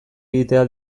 egitea